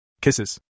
Kisses